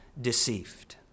deceived